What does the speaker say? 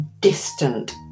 distant